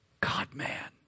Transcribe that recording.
God-man